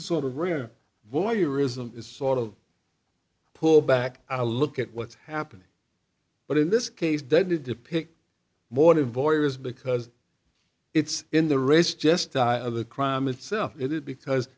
is sort of rare voyeurism is sort of pull back i look at what's happening but in this case did depict motive boyer's because it's in the race just die of the crime itself it is because